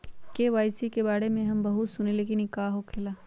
KYC के बारे में हम बहुत सुनीले लेकिन इ का होखेला?